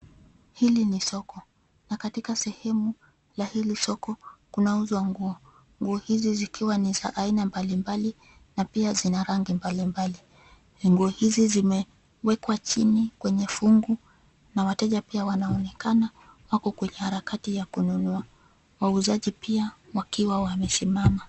Hili ni soko, na katika sehemu la hili soko kunauzwa nguo, nguo hizi zikiwa za aina mbalimbali na pia zina rangi mbalimbali. Nguo hizi zimewekwa chini kwenye fungu na wateja pia wanaonekana wako kwenye harakati ya kununua, wauza pia wakiwa wamesimama.